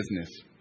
business